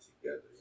together